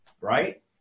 right